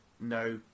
no